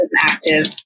active